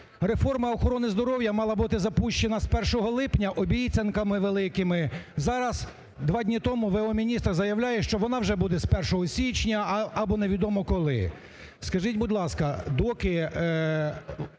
Реформа охорони здоров'я мала бути запущена з 1 липня обіцянками великими. Зараз, два дні тому в.о. міністра заявляє, що вона вже буде з 1 січня або невідомо коли.